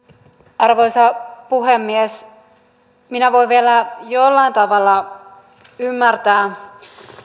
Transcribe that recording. arvoisa puhemies minä voin vielä jollain tavalla ymmärtää